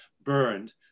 burned